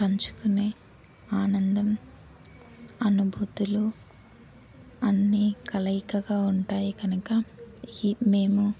పంచుకునే ఆనందం అనుభూతులు అన్నీ కలయికగా ఉంటాయి కనుక మేము